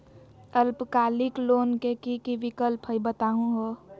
अल्पकालिक लोन के कि कि विक्लप हई बताहु हो?